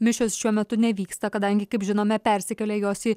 mišios šiuo metu nevyksta kadangi kaip žinome persikėlė jos į